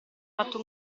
fatto